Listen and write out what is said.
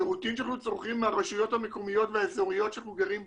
שירותים שאנחנו צורכים מהרשויות המקומיות והאזוריות שאנחנו גרים בהם,